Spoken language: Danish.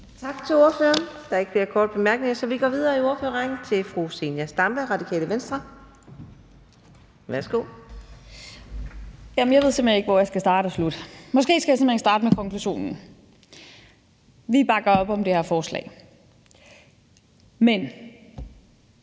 Tak til ordføreren. Der er ikke flere korte bemærkninger, så vi går videre i ordførerrækken til fru Zenia Stampe, Radikale Venstre. Værsgo. Kl. 14:27 (Ordfører) Zenia Stampe (RV): Jamen jeg ved simpelt hen ikke, hvor jeg skal starte og slutte. Måske skal jeg simpelt hen starte med konklusionen: Vi bakker op om det her forslag. Men